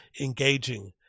engaging